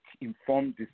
informed